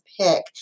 pick